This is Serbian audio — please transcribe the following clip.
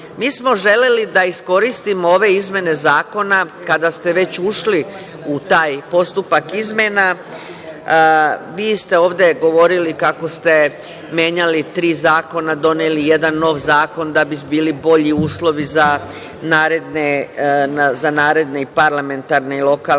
smo želeli da iskoristimo ove izmene zakona, kada ste već ušli u taj postupak izmena, vi ste ovde govorili kako ste menjali tri zakona, doneli jedan nov zakon da bi bili bolji uslovi za naredne parlamentarne i lokalne,